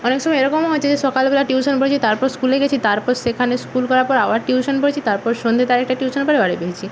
অনেক সময় এরকমও হয়েছে যে সকাল বেলা টিউশন পড়েছি তারপর স্কুলে গিয়েছি তারপর সেখানে স্কুল করার পর আবার টিউশন পড়েছি তারপর সন্ধ্যেতে আর একটা টিউশন পড়ে বাড়ি ফিরেছি